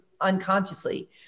unconsciously